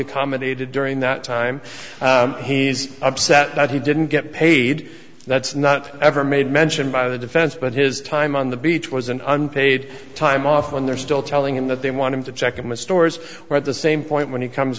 accommodated during that time he's upset that he didn't get paid that's not ever made mention by the defense but his time on the beach was an unpaid time off when they're still telling him that they want him to check in with stores where at the same point when he comes